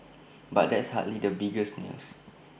but that's hardly the biggest news